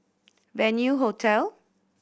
Venue Hotel